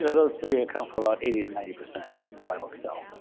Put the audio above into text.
and those three account for about eighty to ninety percent of why books sell.